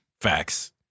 facts